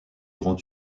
grands